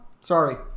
sorry